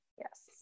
Yes